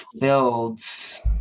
Builds